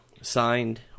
signed